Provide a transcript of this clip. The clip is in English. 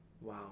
Wow